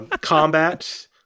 Combat